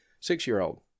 six-year-old